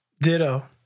Ditto